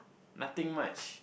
nothing much